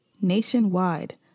Nationwide